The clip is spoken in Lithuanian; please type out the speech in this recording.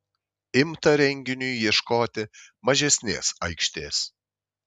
imta renginiui ieškoti mažesnės aikštės